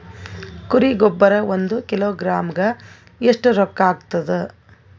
ಕುರಿ ಗೊಬ್ಬರ ಒಂದು ಕಿಲೋಗ್ರಾಂ ಗ ಎಷ್ಟ ರೂಕ್ಕಾಗ್ತದ?